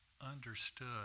understood